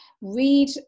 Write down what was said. read